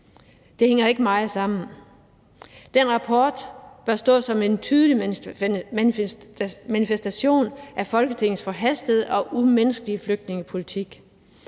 Det hænger ikke meget sammen. Den rapport bør stå som en tydelig manifestation af Folketingets forhastede og umenneskelige flygtningepolitik.